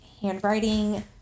handwriting